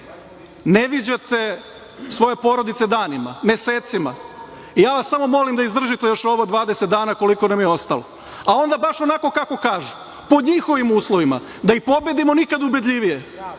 ne viđate svoje porodice danima, mesecima. Ja vas samo molim da izdržite još ovih dvadeset dana koliko nam je ostalo, a onda baš onako kako kažu – po njihovim uslovima da ih pobedimo nikada ubedljivije,